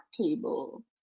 table